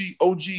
OG